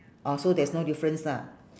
oh so there's no difference lah